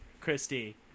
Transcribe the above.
Christy